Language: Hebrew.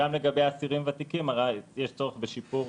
גם לגבי אסירים ותיקים יש צורך בשיפור